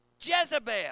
Jezebel